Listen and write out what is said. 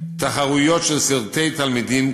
תחרויות של סרטי תלמידים,